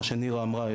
מה שנירה אמרה,